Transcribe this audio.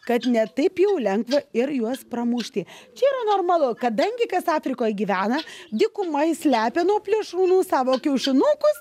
kad ne taip jau lengva ir juos pramušti čia yra normalu kadangi kas afrikoj gyvena dykumoj slepia nuo plėšrūnų savo kiaušinukus